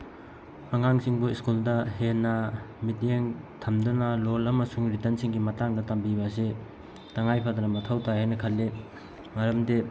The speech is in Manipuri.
ꯑꯉꯥꯡꯁꯤꯡꯕꯨ ꯁ꯭ꯀꯨꯜꯗ ꯍꯦꯟꯅ ꯃꯤꯠꯌꯦꯡ ꯊꯝꯗꯨꯅ ꯂꯣꯟ ꯑꯃꯁꯨꯡ ꯔꯤꯇꯟꯁꯤꯡꯒꯤ ꯃꯇꯥꯡꯗ ꯇꯝꯕꯤꯕ ꯑꯁꯤ ꯇꯉꯥꯏ ꯐꯗꯅ ꯃꯊꯧ ꯇꯥꯏ ꯍꯥꯏꯅ ꯈꯜꯂꯤ ꯃꯔꯝꯗꯤ